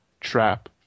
Trap